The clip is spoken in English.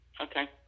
Okay